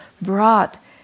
brought